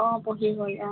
অঁ পঢ়ি হ'ল অঁ